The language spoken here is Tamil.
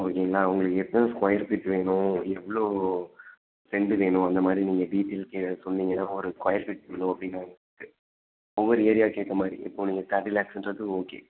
ஓகேங்களா உங்களுக்கு எத்தன ஸ்கொயர் ஃபீட் வேணும் எவ்ளோ ரெண்ட்டு வேணும் அந்த மாரி நீங்க டீட்டெயில்ஸ் கே சொன்னீங்கன்னா ஒரு ஸ்கொயர் ஃபீட் இவ்ளோ அப்டின்னு க ஒவ்வொரு ஏரியாக்கு ஏத்த மாரி இப்போ நீங்க தேர்ட்டி லேக்ஸுன்றது ஓகே